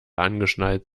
angeschnallt